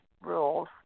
rules